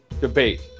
debate